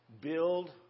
build